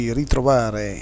ritrovare